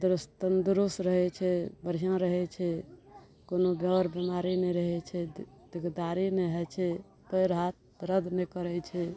तन्दुरुस्त रहै छै बढ़िऑं रहै छै कोनो बेर बिमारी नहि रहै छै दिकदारी नहि होइ छै पएर हाथ दर्द नहि करै छै